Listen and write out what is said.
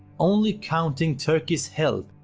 only counting turkey's help,